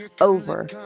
over